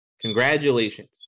congratulations